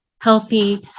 healthy